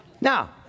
Now